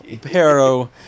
Pero